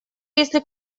если